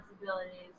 responsibilities